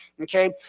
Okay